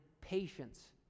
patience